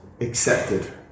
accepted